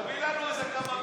תביא לנו איזה כמה מיליונים,